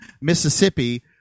Mississippi—